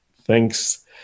thanks